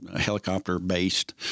helicopter-based